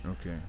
Okay